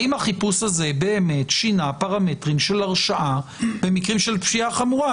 האם החיפוש הזה באמת שינה פרמטרים של הרשעה במקרים של פשיעה חמורה,